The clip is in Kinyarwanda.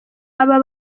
aba